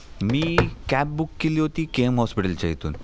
मी cab book केली होती K M हॉस्पिटलच्या इथून